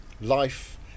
life